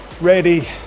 ready